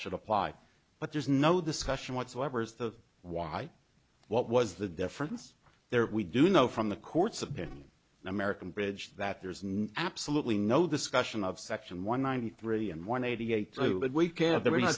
should apply but there's no this question whatsoever as to why what was the difference there we do know from the court's opinion in american bridge that there is no absolutely no discussion of section one ninety three and one eighty eight but we can